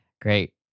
Great